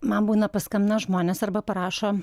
man būna paskambina žmonės arba parašo